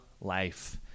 life